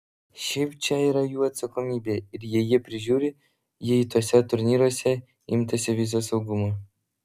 šiaip čia yra jų atsakomybė ir jei jie prižiūri jei tuose turnyruose imtasi viso saugumo